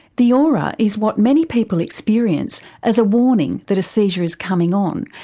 the aura is what many people experience as a warning that a seizure is coming on.